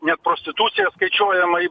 net prostitucija skaičiuojama į